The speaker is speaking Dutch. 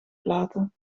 platen